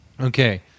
okay